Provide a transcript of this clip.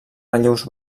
relleus